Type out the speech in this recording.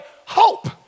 hope